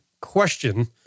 question